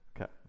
Okay